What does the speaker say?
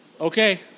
Okay